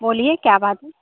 बोलिए क्या बात है